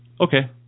okay